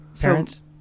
parents